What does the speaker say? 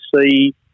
see